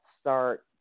start